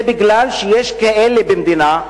זה כי יש כאלה במדינה,